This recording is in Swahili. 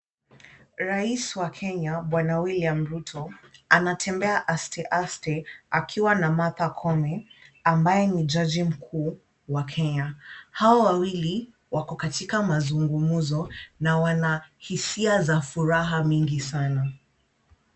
Rais wa Kenya bwana William Ruto anatembea asteaste akiwa na Martha Koome ambaye ni jaji mkuu wa Kenya. Hao wawili, wako katika mazungumzo na wanahisia za furaha mingi sana.